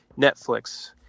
Netflix